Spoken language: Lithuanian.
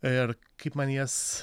ir kaip man jas